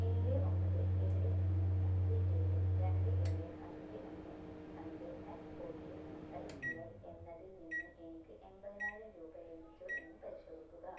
ഏഴ് ഒമ്പത് ഏഴ് മൂന്ന് അഞ്ച് ഏഴ് രണ്ട് ഏഴ് അഞ്ച് ഒന്ന് അഞ്ച് at ok C I C I എന്നതിൽ നിന്ന് എനിക്ക് എമ്പതിനായിരം രൂപ ലഭിച്ചോ എന്ന് പരിശോധിക്കുക